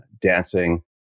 dancing